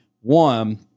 one